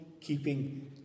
keeping